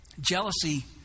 Jealousy